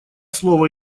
слово